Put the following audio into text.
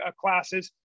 classes